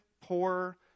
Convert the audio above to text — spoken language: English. poor